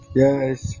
yes